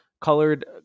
colored